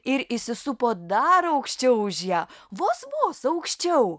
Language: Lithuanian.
ir įsisupo dar aukščiau už ją vos vos aukščiau